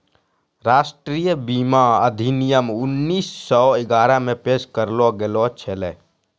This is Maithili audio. राष्ट्रीय बीमा अधिनियम उन्नीस सौ ग्यारहे मे पेश करलो गेलो छलै